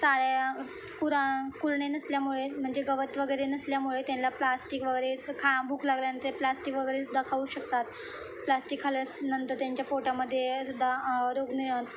चारा कुरा कुरणे नसल्यामुळे म्हणजे गवत वगैरे नसल्यामुळे त्यांना प्लास्टिक वगैरे खा भूक लागल्यानंतर प्लास्टिक वगैरे सुद्धा खाऊ शकतात प्लास्टिक खाल्यास नंतर त्यांच्या पोटामध्ये सुद्धा रोग